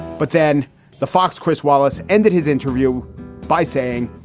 but then the fox, chris wallace ended his interview by saying,